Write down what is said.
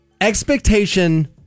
expectation